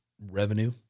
revenue